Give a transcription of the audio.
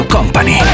Company